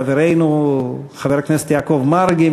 חברנו חבר הכנסת יעקב מרגי,